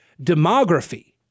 Demography